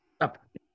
up